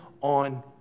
on